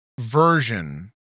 version